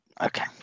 okay